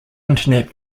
internet